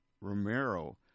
Romero